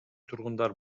тургундар